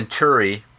Centuri